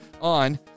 on